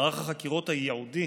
מערך החקירות הייעודי